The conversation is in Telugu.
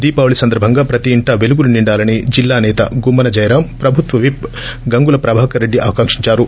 దీపావళి సందర్బంగా ప్రతి ఇంటా పెలుగులు నిండాలని జిల్లా నేత గుమ్మన జయరాం ప్రభుత్వ విప్ గంగుల ప్రభాకర్ రెడ్డి ఆకాంక్షించారు